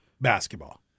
basketball